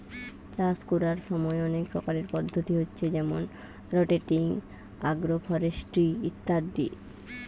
চাষ কোরার সময় অনেক প্রকারের পদ্ধতি হচ্ছে যেমন রটেটিং, আগ্রফরেস্ট্রি ইত্যাদি